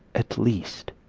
at least,